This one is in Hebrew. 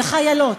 וחיילות,